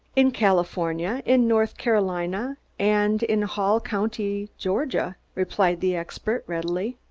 in california, in north carolina, and in hall county, georgia, replied the expert readily.